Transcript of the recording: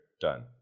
done